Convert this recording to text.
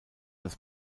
das